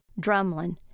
Drumlin